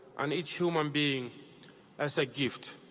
and each human being as a gift.